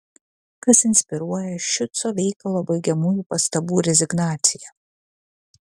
kas inspiruoja šiuco veikalo baigiamųjų pastabų rezignaciją